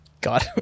God